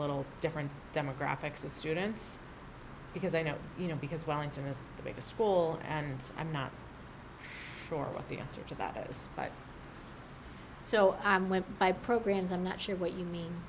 little different demographics of students because i know you know because wellington is the biggest school and i'm not sure what the answer to that is so i went by programs i'm not sure what you mean